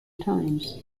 times